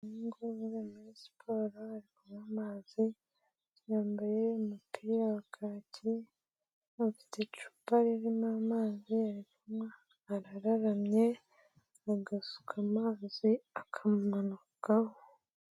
Umuhungu uvuye muri siporo, ari kunywa amazi, yambaye umupira wa kacye, afite icupa ririmo amazi ari kunywa, arararamye agasuka amazi akamumanukaho.